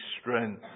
strength